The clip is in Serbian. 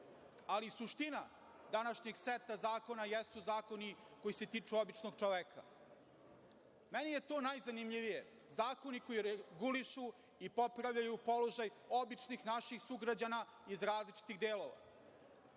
ali suština današnjeg seta zakona jesu zakoni koji se tiču običnog čoveka. Meni je to najzanimljivije, zakoni koji regulišu i popravljaju položaj običnih naših sugrađana iz različitih delova. Danas